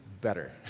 better